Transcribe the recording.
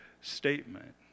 statement